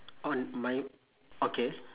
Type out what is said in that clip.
on my okay